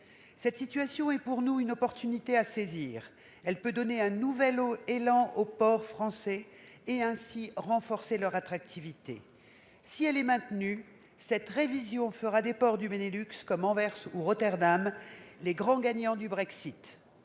Cette situation est pour nous une opportunité à saisir. Elle peut donner un nouvel élan aux ports français et, ainsi, renforcer leur attractivité. Si elle est maintenue, cette révision fera des ports du Benelux, comme Anvers ou Rotterdam, les grands gagnants du Brexit.